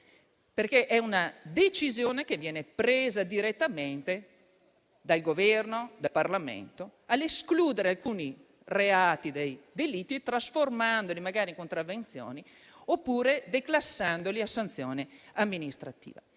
perché è una decisione che viene presa direttamente dal Governo e dal Parlamento, escludendo alcuni reati e delitti e trasformandoli magari in contravvenzioni, oppure declassandoli a sanzioni amministrative.